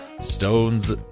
Stones